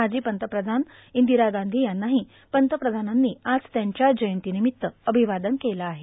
माजी पंतप्रधान ईंदरा गांधी यांनाहो पंतप्रधानांनी आज त्यांच्या जयंती र्नामत्त र्अभवादन केलं आहे